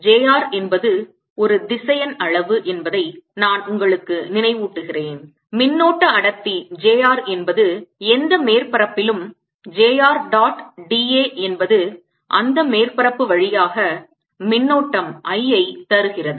J r என்பது ஒரு திசையன் அளவு என்பதை நான் உங்களுக்கு நினைவூட்டுகிறேன் மின்னோட்ட அடர்த்தி j r என்பது எந்த மேற்பரப்பிலும் j r dot d a என்பது அந்த மேற்பரப்பு வழியாக மின்னோட்டம் I ஐ தருகிறது